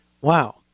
wow